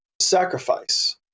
sacrifice